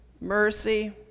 mercy